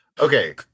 Okay